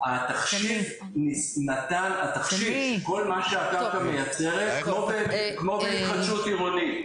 התחשיב שכל מה שהקרקע מייצרת כמו בהתחדשות עירונית,